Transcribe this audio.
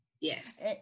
yes